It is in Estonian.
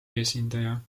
esindaja